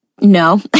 no